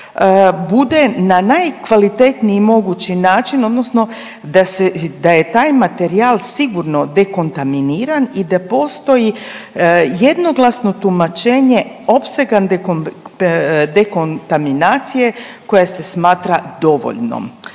bude na najkvalitetniji mogući način odnosno da se da je taj materijal sigurno dekontaminiran i da postoji jednoglasno tumačenje opsega dekontaminacije koja se smatra dovoljnom.